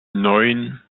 neun